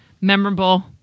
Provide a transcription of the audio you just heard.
memorable